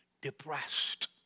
depressed